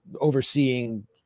overseeing